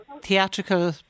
theatrical